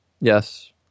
Yes